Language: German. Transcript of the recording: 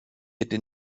hätte